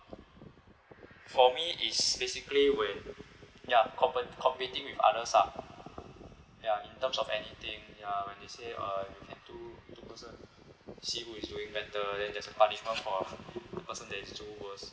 for me is basically when ya compet~ competing with others lah ya in terms of anything ya when they say uh you can do two person who is doing better then there's a punishment for the person that is do worse